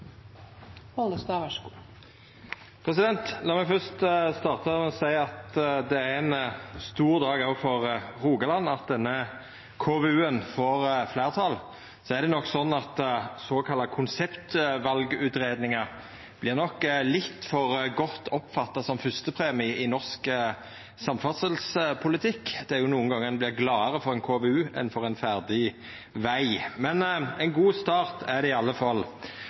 ein stor dag òg for Rogaland at denne KVU-en får fleirtal. Så er det nok sånn at såkalla konseptvalutgreiingar vert litt for godt oppfatta som fyrstepremie i norsk samferdselspolitikk. Det er jo nokre gonger me er gladare for ein KVU enn for ein ferdig veg. Men ein god start er det